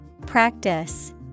Practice